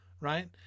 right